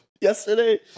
Yesterday